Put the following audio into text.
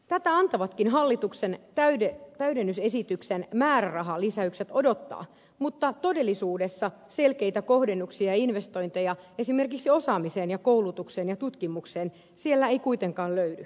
tätä antavatkin hallituksen täydennysesityksen määrärahalisäykset odottaa mutta todellisuudessa selkeitä kohdennuksia ja investointeja esimerkiksi osaamiseen koulutukseen ja tutkimukseen sieltä ei kuitenkaan löydy